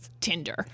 Tinder